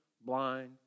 blind